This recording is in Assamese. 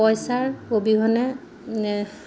পইচাৰ অবিহনে